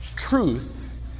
Truth